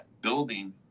building